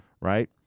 right